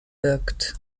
wirkt